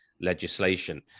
legislation